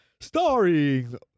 Starring